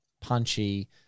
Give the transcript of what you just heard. punchy